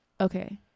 okay